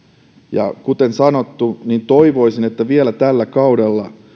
ja kuten sanottu toivoisin että vielä